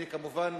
כמובן,